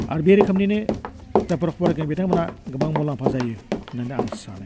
आरो बे रोखोमनिनो जायफ्रा फरायगिरि बिथांमोना गोबां मुलाम्फा जायो होन्नानै आं सानो